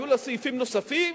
היו לה סעיפים נוספים,